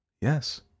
Yes